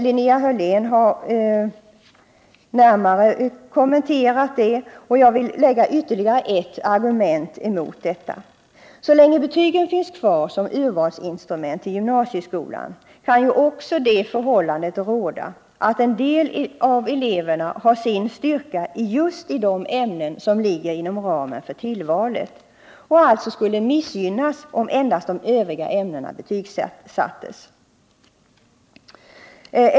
Linnea Hörlén har närmare kommenterat denna tanke, och jag vill anföra ytterligare ett argument mot densamma. Så länge betygen finns kvar såsom urvalsinstrument vid övergången till gymnasieskolan, kan ju också det förhållandet råda att en del av eleverna har sin styrka just i de ämnen som ligger inom ramen för tillvalet och alltså skulle missgynnas om endast de övriga ämnena betygsattes.